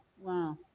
Wow